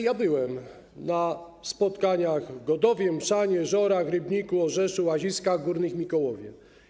Ja byłem na spotkaniach w Godowie, Mszanie, Żorach, Rybniku, Orzeszu, Łaziskach Górnych i Mikołowie.